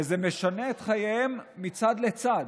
וזה משנה את חייהם מצד לצד.